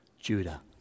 Judah